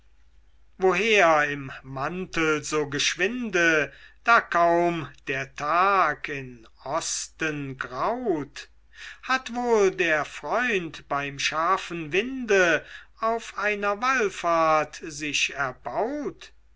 woher im mantel so geschwinde da kaum der tag in osten graut hat wohl der freund beim scharfen winde auf einer wallfahrt sich erbaut